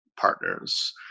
partners